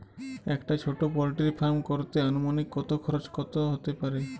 একটা ছোটো poultry farm করতে আনুমানিক কত খরচ কত হতে পারে?